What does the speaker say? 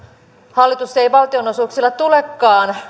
hallitus ei valtionosuuksilla tulekaan